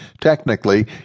Technically